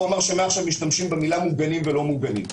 אמר שמעכשיו ישתמשו במילה מוגנים או לא מוגנים.